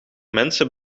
mensen